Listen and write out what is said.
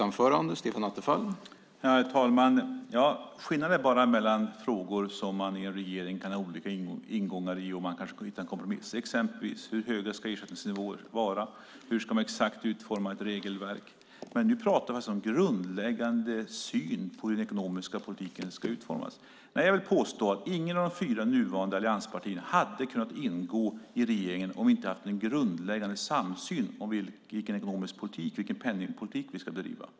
Herr talman! Skillnaden är bara att en regering kan ha olika ingångar i frågor där man kanske kan hitta en kompromiss, exempelvis om hur höga ersättningsnivåer ska vara, hur exakt man ska utforma ett regelverk, men nu pratar vi om en grundläggande syn på hur den ekonomiska politiken ska utformas. Jag vill påstå att inget av de fyra nuvarande allianspartierna hade kunnat ingå i regeringen om vi inte hade haft en grundläggande samsyn om vilken ekonomisk politik och penningpolitik vi ska bedriva.